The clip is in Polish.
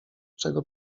czego